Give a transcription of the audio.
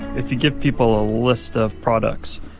if you give people a list of products,